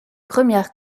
premières